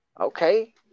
Okay